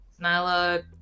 Nyla